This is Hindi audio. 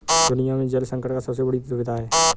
दुनिया में जल संकट का सबसे बड़ी दुविधा है